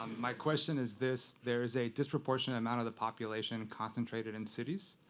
my question is this. there is a disproportionate amount of the population concentrated in cities.